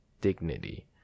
dignity